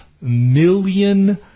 million